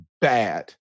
bad